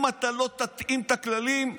אם אתה לא תתאים את הכללים,